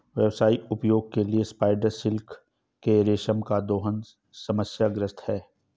व्यावसायिक उपयोग के लिए स्पाइडर सिल्क के रेशम का दोहन समस्याग्रस्त है